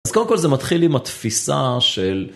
אז קודם כל זה מתחיל עם התפיסה של.